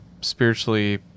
spiritually